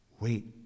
Wait